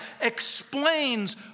explains